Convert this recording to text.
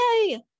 Yay